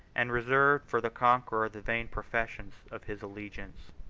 and reserved for the conqueror the vain professions of his allegiance.